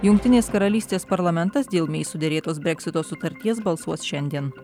jungtinės karalystės parlamentas dėl mei suderėtos breksito sutarties balsuos šiandien